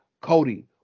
Cody